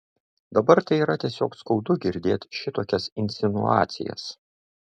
dabar tai yra tiesiog skaudu girdėt šitokias insinuacijas